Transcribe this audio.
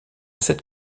cette